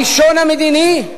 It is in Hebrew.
הראשון, המדיני,